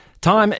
time